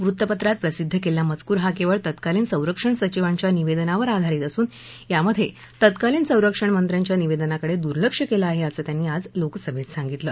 वृत्तपत्रात प्रसिद्ध केलेला मजकूर हा केवळ तत्कालीन संरक्षण सचिवांच्या निवेदनावर आधारीत असून त्यामध्ये तत्कालीन संरक्षणमंत्र्यांच्या निवेदनाकडे दुर्लक्ष केलं आहे असं त्यांनी आज लोकसभेत सांगितलं